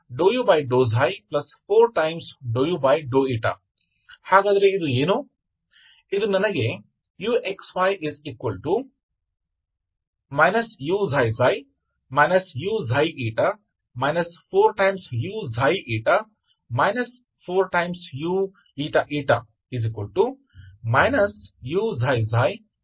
तो यह वही है जो आपके uxx का उपयोग करता है और यहाँ से आप uyyभी प्राप्त कर सकते हैं या सबसे पहले आपको uxy मिलेगाuxy∂x∂u∂y ∂u4∂u तो यह क्या है